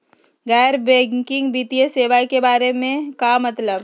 गैर बैंकिंग वित्तीय सेवाए के बारे का मतलब?